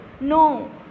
No